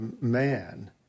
man